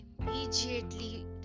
immediately